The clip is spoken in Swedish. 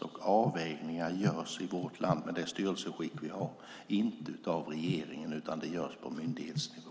Med det styresskick vi har i vårt land görs dessa avvägningar inte av regeringen utan på myndighetsnivå.